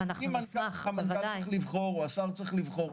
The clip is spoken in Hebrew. אם מנכ"ל צריך לבחור או השר צריך לבחור,